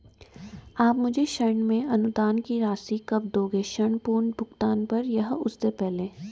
आप मुझे ऋण में अनुदान की राशि कब दोगे ऋण पूर्ण भुगतान पर या उससे पहले?